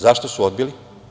Zašto su odbili?